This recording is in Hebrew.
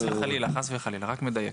חס וחלילה, רק מדייק.